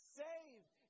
saved